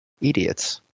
idiots